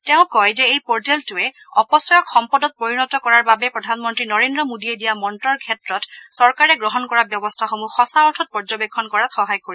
তেওঁ কয় যে এই পৰ্টেলটোৱে অপচয়ক সম্পদত পৰিণত কৰাৰ বাবে প্ৰধানমন্তী নৰেন্ত্ৰ মোদীয়ে দিয়া মন্তৰৰ ক্ষেত্ৰত চৰকাৰে গ্ৰহণ কৰা ব্যৱস্থাসমূহ সঁচা অৰ্থত পৰ্যবেক্ষণ কৰাত সহায় কৰিব